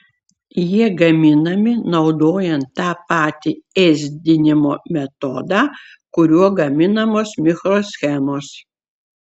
jie gaminami naudojant tą patį ėsdinimo metodą kuriuo gaminamos mikroschemos